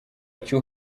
icyo